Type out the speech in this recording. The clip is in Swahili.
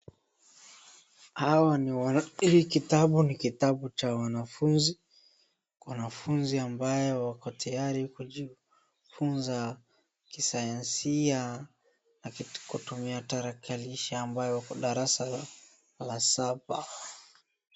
Hiki ni kitabu, ni kitabu cha wanafunzi, wanafunzi ambao wako tayari kujifunza kisayansia na kutumia tarakilishi ambayo uko darasa la saba.